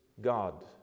God